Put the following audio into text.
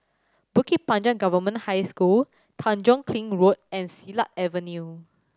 Bukit Panjang Government High School Tanjong Kling Road and Silat Avenue